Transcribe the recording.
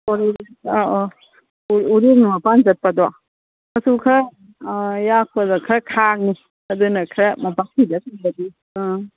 ꯑꯧ ꯑꯧ ꯎꯔꯦꯡ ꯃꯄꯥꯟ ꯆꯠꯄꯗꯣ ꯃꯆꯨ ꯈꯔ ꯌꯥꯛꯄꯅ ꯈꯔ ꯈꯥꯡꯉꯤ ꯑꯗꯨꯅ ꯈꯔ ꯃꯣꯝꯄꯥꯛ ꯐꯤꯗꯛꯒꯨꯝꯕꯗꯤ ꯑꯥ